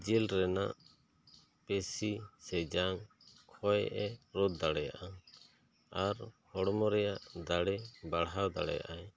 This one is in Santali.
ᱡᱤᱞ ᱨᱮᱱᱟᱜ ᱯᱮᱥᱤ ᱥᱮ ᱡᱟᱝ ᱠᱷᱚᱭ ᱮ ᱨᱳᱫᱷ ᱫᱟᱲᱮᱭᱟᱜᱼᱟᱭ ᱟᱨ ᱦᱚᱲᱢᱚ ᱨᱮᱭᱟᱜ ᱫᱟᱲᱮ ᱵᱟᱲᱦᱟᱣ ᱫᱟᱲᱮᱭᱟᱜᱼᱟᱭ